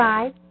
Five